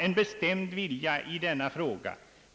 en bestämd vilja i denna fråga.